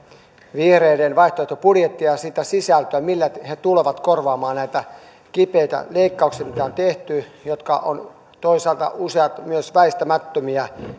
vihreiden vaihtoehtobudjettia sitä sisältöä millä he tulevat korvaamaan näitä kipeitä leikkauksia mitä on tehty jotka ovat toisaalta useat myös väistämättömiä